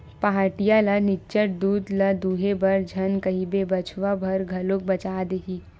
पहाटिया ल निच्चट दूद ल दूहे बर झन कहिबे बछवा बर घलो बचा देही